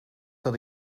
dat